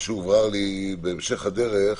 מה שהובהר לי בהמשך הדרך